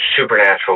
supernatural